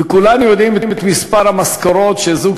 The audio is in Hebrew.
וכולנו יודעים מה מספר המשכורות שזוג